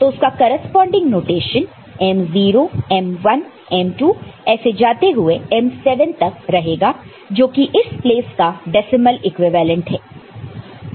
तो उसका corresponding notation m0 m1 m2 ऐसे जाते हुए m7 तक रहेगा जो कि इस प्लेस का डेसिमल इक्विवेलेंट है